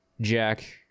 Jack